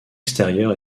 extérieur